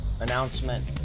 announcement